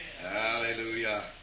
Hallelujah